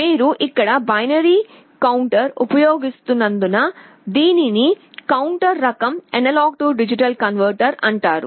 మీరు ఇక్కడ binary counter ఉపయోగిస్తున్నందున దీనిని కౌంటర్ రకం AD కన్వర్టర్ అంటారు